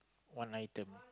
one item